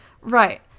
right